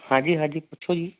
ਹਾਂਜੀ ਹਾਂਜੀ ਪੁੱਛੋ ਜੀ